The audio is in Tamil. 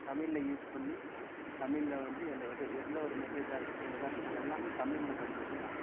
தமிழில் யூஸ் பண்ணி தமிழில் வந்து எல எது எந்த ஒரு மெசேஜ்ஜாக இருக்கட்டும் எதாக இருக்கட்டும் எல்லாமே தமிழில் படிக்க வைக்கலாம்